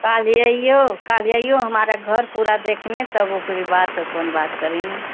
काले अइहो काले अइहो हमारा घर पूरा देखने तब ओकरे बाद अपन बात करिनी